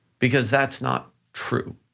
because that's not true.